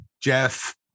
jeff